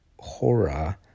hora